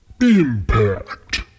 Impact